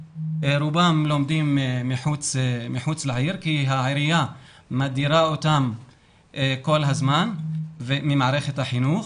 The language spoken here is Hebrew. רובם לומדים מחוץ לעיר כי העירייה מדירה אותם כל הזמן ממערכת החינוך.